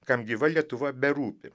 kam gyva lietuva berūpi